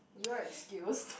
you're excused